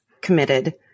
committed